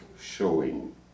showing